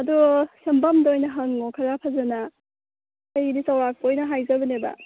ꯑꯗꯣ ꯁꯦꯝꯕꯝꯗ ꯑꯣꯏꯅ ꯍꯪꯉꯣ ꯈꯔ ꯐꯖꯅ ꯑꯩꯗꯤ ꯆꯧꯔꯥꯛꯄ ꯑꯣꯏꯅ ꯍꯥꯏꯖꯕꯅꯦꯕ